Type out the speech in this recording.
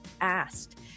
asked